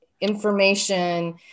information